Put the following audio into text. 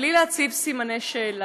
בלי להציב סימני שאלה,